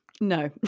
No